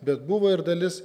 bet buvo ir dalis